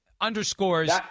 underscores